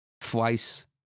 twice